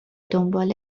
دنبال